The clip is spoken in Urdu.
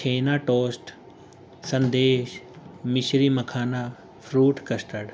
چھینا ٹوسٹ سدیش مشری مکھانہ فروٹ کسٹرڈ